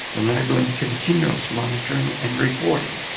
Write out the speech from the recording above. enabling continuous monitoring and reporting.